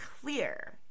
clear